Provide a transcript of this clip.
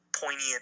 poignant